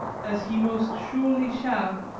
as he most surely shall,